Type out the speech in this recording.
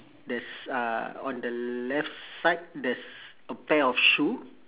there's uh on the left side there's a pair of shoe